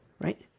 Right